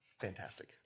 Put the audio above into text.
Fantastic